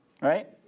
right